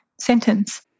sentence